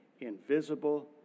invisible